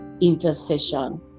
intercession